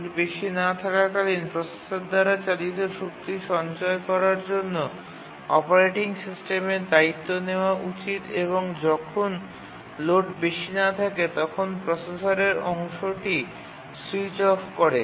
load বেশি না থাকাকালীন প্রসেসর দ্বারা চালিত শক্তি সঞ্চয় করার জন্য অপারেটিং সিস্টেমের দায়িত্ব নেওয়া উচিত এবং যখন লোড বেশি না থাকে তখন প্রসেসরের অংশটি স্যুইচ অফ করে